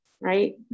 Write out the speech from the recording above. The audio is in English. right